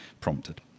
prompted